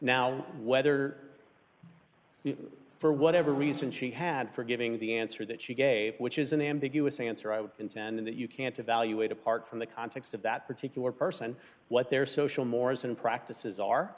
now whether for whatever reason she had for giving the answer that she gave which is an ambiguous answer i would contend that you can't evaluate apart from the context of that particular person what their social mores and practices are